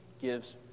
gives